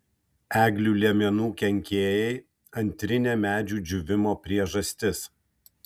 eglių liemenų kenkėjai antrinė medžių džiūvimo priežastis